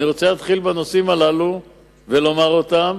אני רוצה להתחיל בנושאים הללו ולומר אותם,